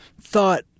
thought